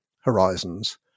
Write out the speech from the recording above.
horizons